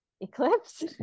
Eclipse